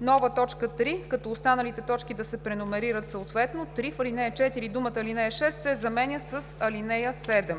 нова т. 3, като останалите точки да се преномерират, съответно 3 в ал. 4 думата „ал. 6 се заменя с ал. 7“.